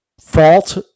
fault